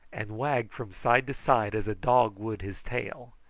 and wagged from side to side as a dog would his tail.